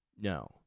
no